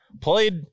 played